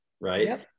Right